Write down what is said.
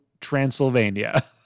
Transylvania